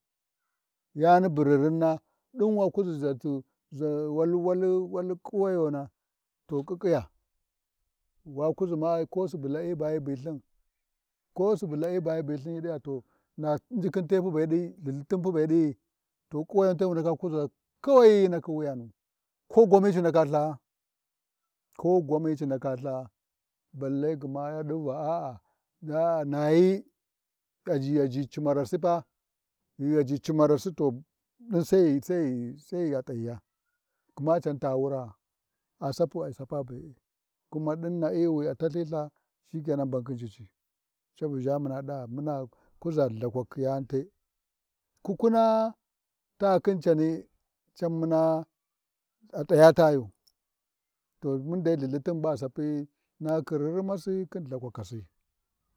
Yani bu ririnna, ɗin wa laʒi ʒatu, zuwi wali, wali wal-wai ƙuwayona ƙiƙƙiya, wa kuʒima ko Subu la’ai ma ba hyi bilthim, ko sube la'i maba hyi bithin yhi ɗi ha to na injihkinɗi lthilthintin pu be ɗi’i to kuwayani te wu ndaka kuʒa, kuwai yayiniki Wuyanu, ko gwami ci ndaka Lthaa, ko gwani ci ndaka Lthaa balle gma yaɗu ba a'a aa naa-yi aji-aji cinavasipa ghi a ʒhi cimarasi to ɗin sai ghi ghi ghi a t’aghiya gma can ta wuraa, a Sapi ai Sapabe, kuma d’in na’i wi a talhiltha. Shikenan bun khin cici, cabuʒha muna ɗa muna kuʒa Lthakwaku yani te, kukuna ta lathin cani an muna a t’aya tayu, to mun dai Lthilthin ba ghi Sapi nahakhi riri masi khin lthakwa chisi.